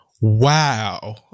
wow